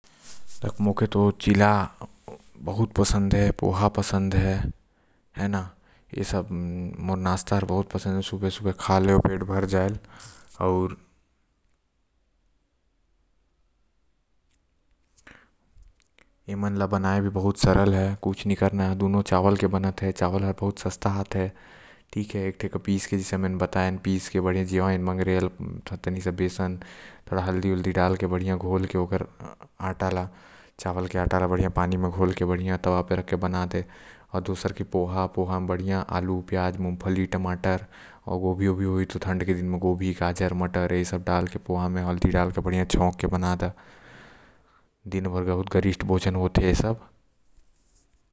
मोला तो खाय म चिला आऊ पोहा पसंद हैव जेन ल बनाना मुश्किल नो हे। चावल से चिला बने आऊ चावल सस्ता मिलेल साथे छुड़ा भी सस्ता मिलते जेकर से ओल बनाए म बहुत अच्छा लगते।